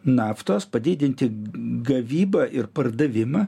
naftos padidinti gavybą ir pardavimą